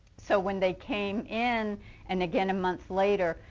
so when they came in and again, a month later,